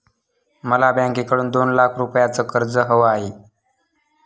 मला बँकेकडून दोन लाख रुपयांचं कर्ज हवं आहे